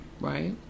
Right